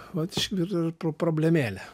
vat čia ir pro problemėlė